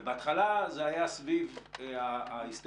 ובהתחלה זה היה סביב ההיסטריה,